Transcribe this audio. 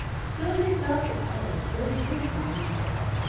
soon we felt the island slowly sinking beneath us.